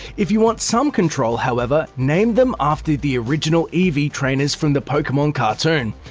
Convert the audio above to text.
if you want some control, however, name them after the original eevee trainers from the pokemon cartoon.